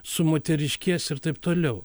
sumoteriškės ir taip toliau